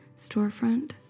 storefront